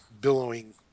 billowing